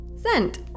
sent